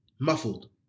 muffled